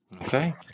Okay